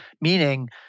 meaning